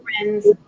friends